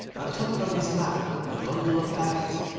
and took from his back the bundle of faggots,